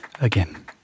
again